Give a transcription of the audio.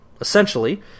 Essentially